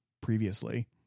previously